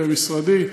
במשרדי.